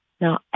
Now